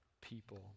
people